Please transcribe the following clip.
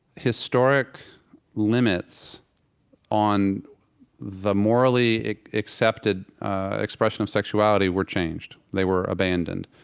historic limits on the morally accepted expression of sexuality were changed they were abandoned.